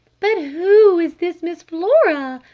but who is this miss flora?